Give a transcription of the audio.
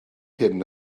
hyn